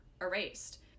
erased